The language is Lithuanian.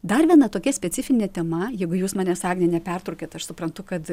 dar viena tokia specifinė tema jeigu jūs manęs agne nepertraukiat aš suprantu kad